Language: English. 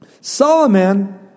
Solomon